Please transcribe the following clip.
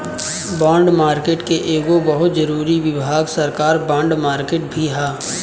bond market के एगो बहुत जरूरी विभाग सरकार बॉन्ड मार्केट भी ह